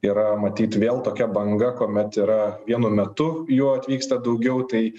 yra matyt vėl tokia banga kuomet yra vienu metu jų atvyksta daugiau tai